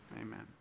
Amen